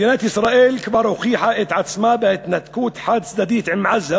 מדינת ישראל כבר הוכיחה את עצמה בהתנתקות חד-צדדית עם עזה,